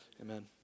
Amen